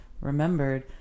remembered